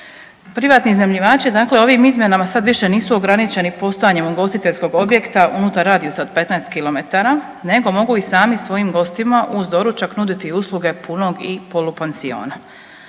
Privatni iznajmljivači, dakle ovim izmjenama sad više nisu ograničeni postojanjem ugostiteljskog objekta unutar radijusa od 15 kilometara, nego mogu i sami svojim gostima uz doručak nuditi usluge punog i polupansiona.